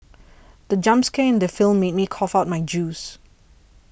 the jump scare in the film made me cough out my juice